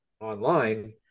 online